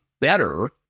better